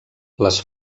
les